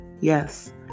Yes